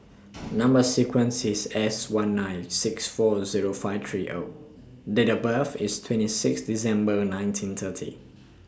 Number sequence IS S one nine six four Zero five three O Date of birth IS twenty six December nineteen thirty